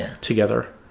together